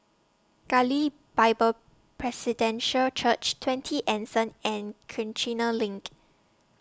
Galilee Bible Church twenty Anson and Kiichener LINK